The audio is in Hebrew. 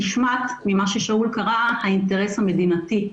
נשמט ממה ששאול קרא האינטרס המדינתי.